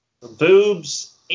Boobs